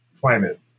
climate